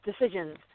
decisions